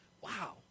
Wow